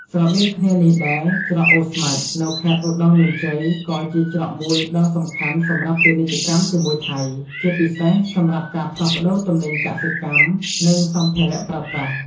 ស្រដៀងគ្នានេះដែរ ច្រកអូស្មាច់ នៅខេត្តឧត្តរមានជ័យ ក៏ជាច្រកមួយដ៏សំខាន់សម្រាប់ពាណិជ្ជកម្មជាមួយថៃ ជាពិសេសសម្រាប់ការផ្លាស់ប្តូរទំនិញកសិកម្ម និងសម្ភារៈប្រើប្រាស់។